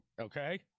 Okay